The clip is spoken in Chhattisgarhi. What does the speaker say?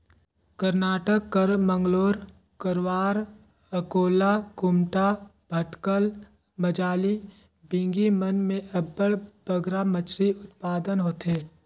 करनाटक कर मंगलोर, करवार, अकोला, कुमटा, भटकल, मजाली, बिंगी मन में अब्बड़ बगरा मछरी उत्पादन होथे